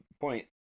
point